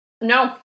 No